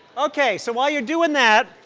ok, so while you're doing that,